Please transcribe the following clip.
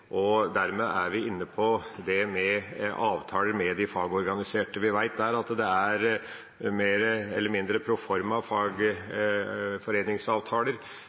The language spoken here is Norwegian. Dermed er vi inne på det med avtaler med de fagorganiserte. Der vet vi at det er mer eller mindre proforma